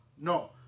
No